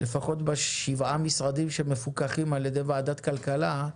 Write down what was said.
לפחות בשבעה משרדים שמפוקחים על ידי ועדת הכלכלה,